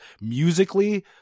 musically